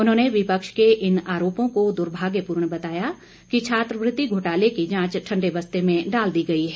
उन्होंने विपक्ष के इन आरोपों को दुर्भाग्यपूर्ण बताया कि छात्रवृत्ति घोटाले की जांच ठंडे बस्ते में डाल दी गई है